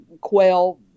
quail